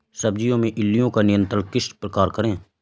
सब्जियों में इल्लियो का नियंत्रण किस प्रकार करें?